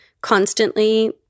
constantly